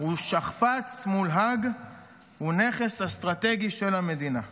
הוא שכפ"ץ מול האג והוא נכס אסטרטגי של המדינה.